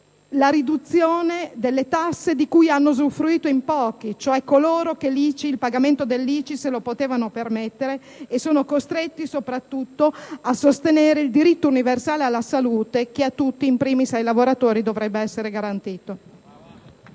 la riduzione delle tasse di cui hanno usufruito in pochi, cioè coloro che il pagamento dell'ICI se lo sono potuto permettere, e, soprattutto, a sostenere il diritto universale alla salute che a tutti, *in primis* ai lavoratori, dovrebbe essere garantito.